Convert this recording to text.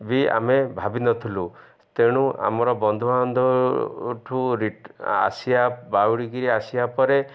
ବି ଆମେ ଭାବିନଥିଲୁ ତେଣୁ ଆମର ବନ୍ଧୁବାନ୍ଧବ ଠୁ ଆସିିବା ବାହୁଡ଼ି କିରି ଆସିବା ପରେ